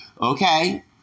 Okay